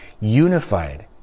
unified